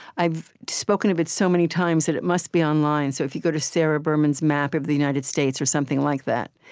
i've spoken of it so many times that it must be online. so if you go to sara berman's map of the united states, or something like that,